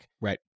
Right